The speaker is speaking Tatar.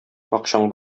акчаң